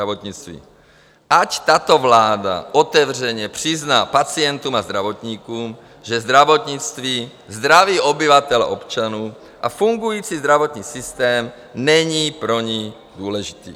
Ať tato vláda otevřeně přizná pacientům a zdravotníkům, že zdravotnictví, zdraví obyvatel, občanů a fungující zdravotní systém není pro ni důležitý.